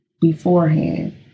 beforehand